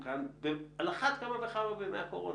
ועל אחת כמה וכמה בימי הקורונה.